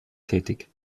tätig